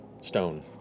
stone